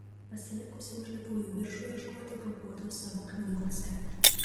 pasilenkusi užlipau į viršų ieškoti paguodos savo knygose